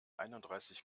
einunddreißig